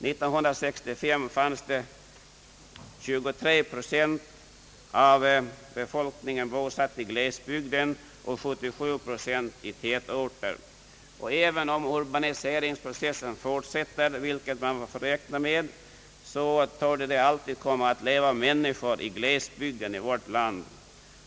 1965 var 23 procent av befolkningen bosatt i glesbygder och 77 procent i tätorter. Även om urbaniseringsprocessen fortsätter — vilket är troligt — torde det alltid komma att leva människor i glesbygderna i vårt land.